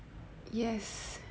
yes